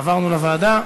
העברנו לוועדה.